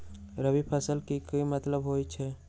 रबी फसल के की मतलब होई छई?